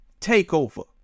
takeover